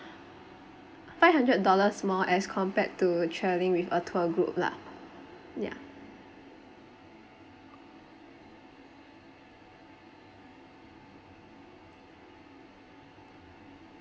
five hundred dollars more as compared to travelling with a tour group lah ya